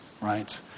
right